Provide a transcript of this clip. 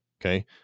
Okay